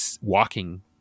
walking